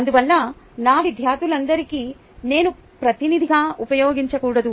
అందువల్ల నా విద్యార్థులందరికీ నేను ప్రతినిధిగా ఉపయోగించకూడదు